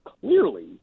clearly